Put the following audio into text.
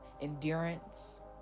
endurance